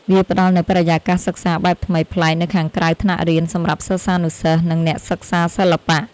វាផ្ដល់នូវបរិយាកាសសិក្សាបែបថ្មីប្លែកនៅខាងក្រៅថ្នាក់រៀន សម្រាប់សិស្សានុសិស្ស និងអ្នកសិក្សាសិល្បៈ។